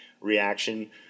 reaction